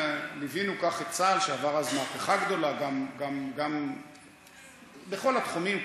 ליווינו כך את צה"ל שעבר אז מהפכה גדולה בכל התחומים,